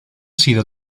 sido